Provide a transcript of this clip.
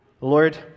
Lord